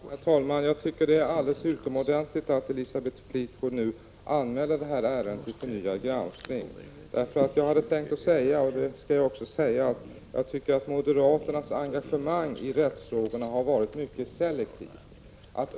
Herr talman! Jag tycker att det är alldeles utomordentligt att Elisabeth Fleetwood nu anmäler det här ärendet till förnyad granskning. Jag hade tänkt säga — och skall också säga — att jag tycker att moderaternas engagemang i rättsfrågorna har varit mycket selektivt.